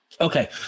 Okay